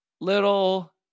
little